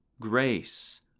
grace